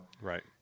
Right